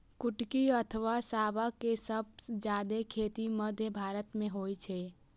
कुटकी अथवा सावां के सबसं जादे खेती मध्य भारत मे होइ छै